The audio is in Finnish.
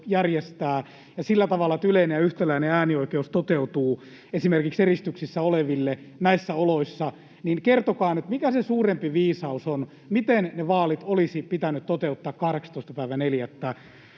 järjestää ja sillä tavalla, että yleinen ja yhtäläinen äänioikeus toteutuu esimerkiksi eristyksessä oleville näissä oloissa, niin kertokaa nyt, mikä se suurempi viisaus on, miten ne vaalit olisi pitänyt toteuttaa 18.4.?